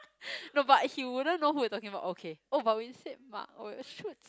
no but he wouldn't know who we are talking about okay oh but we said Mark oh shoots